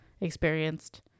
experienced